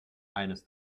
eines